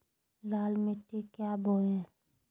लाल मिट्टी क्या बोए?